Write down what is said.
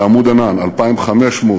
ב"עמוד ענן" 2,550,